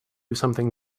something